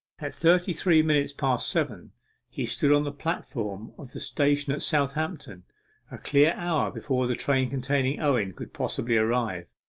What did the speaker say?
at thirty-three minutes past seven he stood on the platform of the station at southampton a clear hour before the train containing owen could possibly arrive.